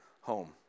home